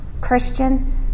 Christian